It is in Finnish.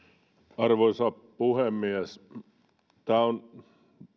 arvoisa puhemies tässä on